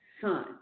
son